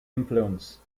influence